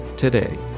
today